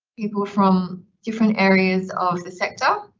people from different areas of the sector.